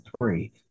three